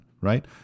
right